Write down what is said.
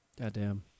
Goddamn